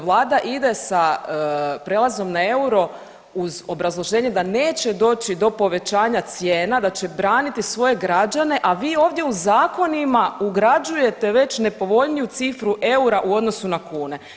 Vlada ide sa prelazom na euro uz obrazloženje da neće doći do povećanja cijena, da će braniti svoje građane, a vi ovdje u zakonima ugrađujete već nepovoljniju cifru eura u odnosu na kune.